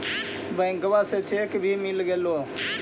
बैंकवा से चेक भी मिलगेलो?